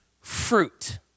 fruit